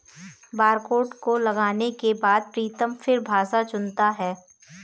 barcode को लगाने के बाद प्रीतम फिर भाषा चुनता है